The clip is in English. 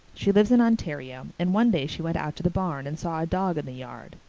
she lives in ontario and one day she went out to the barn and saw a dog in the yard.